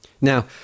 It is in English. Now